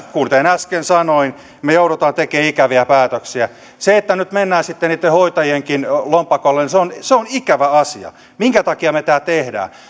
kuten äsken sanoin me joudumme tekemään ikäviä päätöksiä se että nyt mennään sitten niitten hoitajienkin lompakolle on ikävä asia minkä takia me tämän teemme